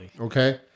Okay